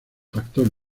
factor